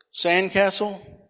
sandcastle